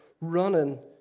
running